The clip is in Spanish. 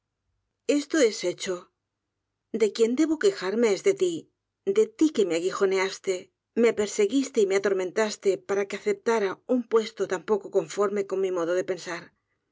esto es hecho de quien debo quejarme es de ti de ti que me aguijoneaste m e perseguiste y mé atormentaste para que aceptara fin puesto tan po'co conforme con mi modo de pensar